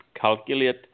calculate